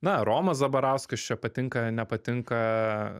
na romas zabarauskas čia patinka nepatinka